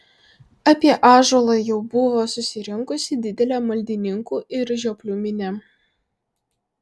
apie ąžuolą jau buvo susirinkusi didelė maldininkų ir žioplių minia